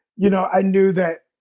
you know, i knew that